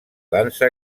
dansa